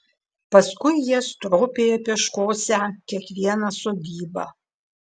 paskui jie stropiai apieškosią kiekvieną sodybą